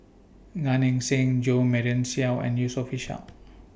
Gan Eng Seng Jo Marion Seow and Yusof Ishak